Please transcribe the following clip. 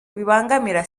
bibangamira